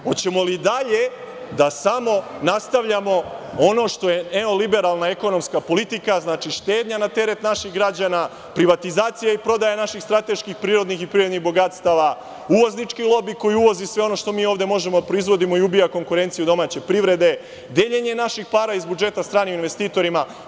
Hoćemo li i dalje da samo nastavljamo ono što je neoliberalna ekonomska politika, znači, štednja na teret naših građana, privatizacija i prodaja naših strateških prirodnih i privrednih bogatstava, uvoznički lobi koji uvozi sve ono što mi ovde možemo da proizvodimo i ubija konkurenciju domaće privrede, deljenje naših para iz budžeta stranim investitorima?